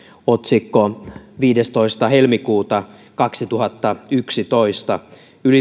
otsikko viidestoista helmikuuta kaksituhattayksitoista